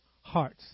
hearts